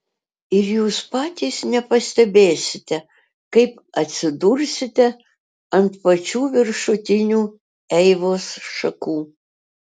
ir jūs patys nepastebėsite kaip atsidursite ant pačių viršutinių eivos šakų